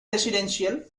residential